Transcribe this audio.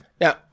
Now